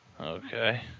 Okay